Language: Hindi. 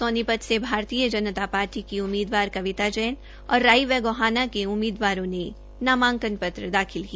सोनीपत से भारतीय जनता पार्टी की उम्मीदवार कविता जैन और राई व गोहाना के उम्मीदवारों ने नामांकन पत्र दाखिल किया